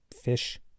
Fish